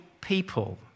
people